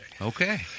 Okay